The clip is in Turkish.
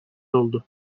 oldu